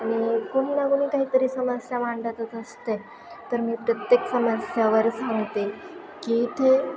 आणि कुणी ना कुणी काहीतरी समस्या मांडतच असते तर मी प्रत्येक समस्यावर सांगते की इथे